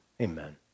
amen